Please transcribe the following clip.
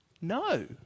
no